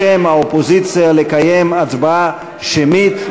בשם האופוזיציה, לקיים הצבעה שמית.